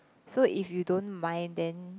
so if you don't mind then